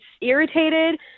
irritated